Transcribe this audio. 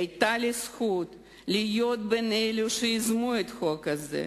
היתה לי הזכות להיות בין אלה שיזמו את החוק הזה,